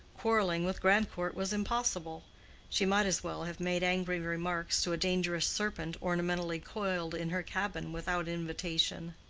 quarreling with grandcourt was impossible she might as well have made angry remarks to a dangerous serpent ornamentally coiled in her cabin without invitation.